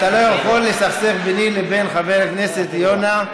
אתה לא יכול לסכסך ביני לבין חבר הכנסת יונה,